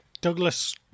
Douglas